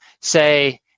say